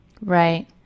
right